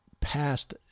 past